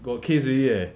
got case already leh